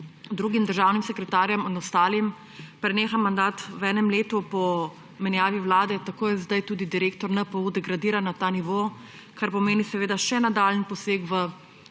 drugim državnim sekretarjem in ostalim preneha mandat v enem letu po menjavi vlade, tako je sedaj tudi direktor NPU degradiran na ta nivo, kar pomeni seveda še nadaljnji poseg v